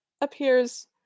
appears